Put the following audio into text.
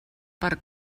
per